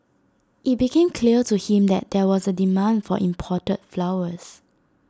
IT became clear to him that there was A demand for imported flowers